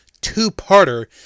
two-parter